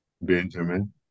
Benjamin